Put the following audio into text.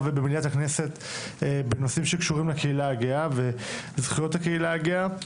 ובמליאת הכנסת בנושאים שקשורים לקהילה הגאה וזכויות הקהילה הגאה,